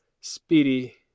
speedy